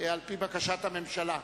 על-פי בקשת הממשלה,